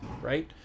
right